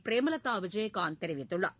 பிரேமலதா விஜயகாந்த் தெரிவித்துள்ளார்